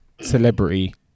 Celebrity